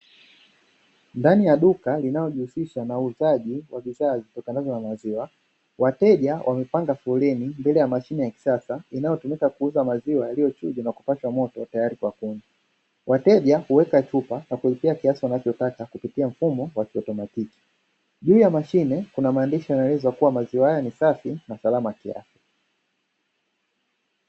Ndani ya duka linalo jihusha na uuzaji wa bidhaa zitokanazo na maziwa, Wateja wamepanga foleni mbele ya mashine ya kisasa inayo tumika kuuza maziwa yaliyo chuja na kupashwa moto tayari kwa kunywa, Wateja huweka chupa kwa kuwekewa kiasi wanacho taka kupitia mfumo wa kielektromatiki, Juu ya mashine kuna maandishi yanayo eleza kuwa maziwa haya nisafi na salama kiafya.